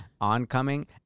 oncoming